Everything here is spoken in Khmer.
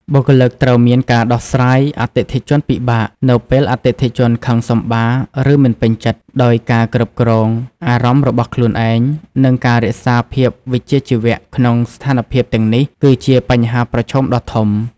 បុគ្គលិកត្រូវមានការដោះស្រាយអតិថិជនពិបាក នៅពេលអតិថិជនខឹងសម្បារ ឬមិនពេញចិត្ត ដោយការគ្រប់គ្រងអារម្មណ៍របស់ខ្លួនឯង និងការរក្សាភាពវិជ្ជាជីវៈក្នុងស្ថានភាពទាំងនេះ គឺជាបញ្ហាប្រឈមដ៏ធំ។